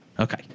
Okay